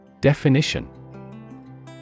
Definition